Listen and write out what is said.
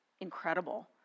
incredible